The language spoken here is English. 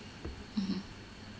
mmhmm